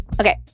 Okay